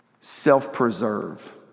self-preserve